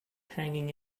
hanging